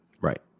Right